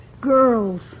Girls